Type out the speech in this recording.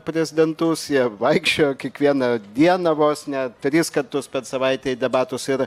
prezidentus jie vaikščiojo kiekvieną dieną vos ne tris kartus per savaitę į debatus ir